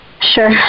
Sure